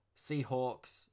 Seahawks